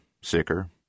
sicker